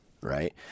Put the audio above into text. Right